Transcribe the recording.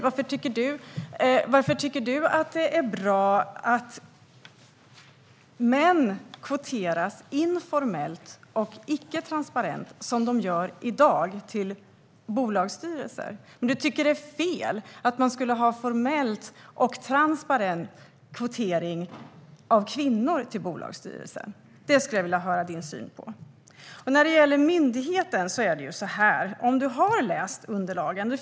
Varför tycker du, Fredrik Malm, att det är bra att män kvoteras informellt och icke-transparent till bolagsstyrelser - som det är i dag - om du tycker att det är fel att ha formell och transparent kvotering av kvinnor till bolagsstyrelser? Det vill jag höra din syn på. När det gäller myndigheten finns det väldigt mycket underlag.